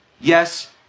yes